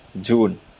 June